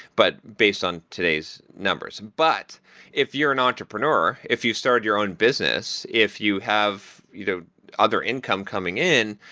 but based on today's numbers. but if you're an entrepreneur, if you start your own business, if you have you know other income coming in,